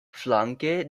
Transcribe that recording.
flanke